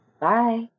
Bye